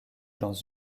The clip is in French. dans